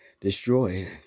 destroyed